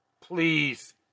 Please